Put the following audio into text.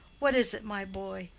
what is it, my boy?